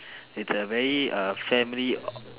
it's a very uh family o~